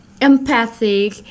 empathic